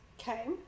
Okay